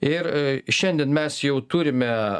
ir a šiandien mes jau turime